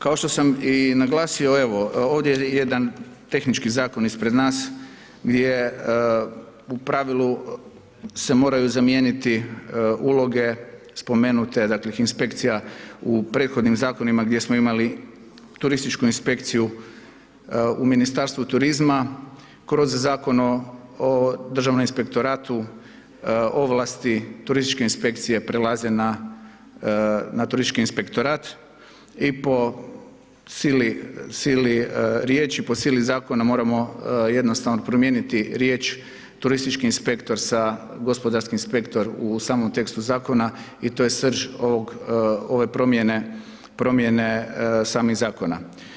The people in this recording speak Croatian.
Kao što sam i naglasio evo ovdje je jedan tehnički zakon ispred nas gdje u pravilu se moraju zamijeniti uloge spomenute dakle inspekcija u prethodnim zakonima gdje smo imali turističku inspekciju u Ministarstvu turizma kroz Zakon o Državnom inspektoratu, ovlasti turističke inspekcije prelaze na turistički inspektorat i po sili, sili riječi, po sili zakona moramo jednostavno promijeniti riječ turistički inspektor sa gospodarski inspektor u samom tekstu zakona i to je srž ove promjene, promjene samih zakona.